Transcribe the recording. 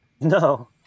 No